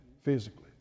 physically